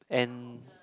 and